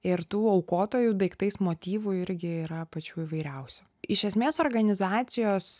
ir tų aukotojų daiktais motyvų irgi yra pačių įvairiausių iš esmės organizacijos